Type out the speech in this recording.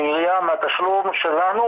מהתשלום שלנו,